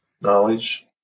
knowledge